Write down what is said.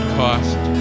cost